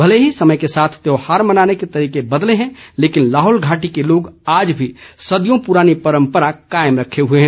मले ही समय के साथ त्यौहार मनाने के तरीके बदले हैं लेकिन लाहौल घाटी के लोग आज भी सदियों पुरानी परम्परा कायम रखे हुए हैं